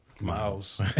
miles